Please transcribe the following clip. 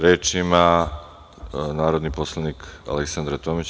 Reč ima narodni poslanik Aleksandra Tomić.